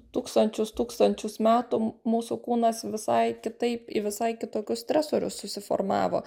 tūkstančius tūkstančius metų mūsų kūnas visai kitaip į visai kitokius stresorius susiformavo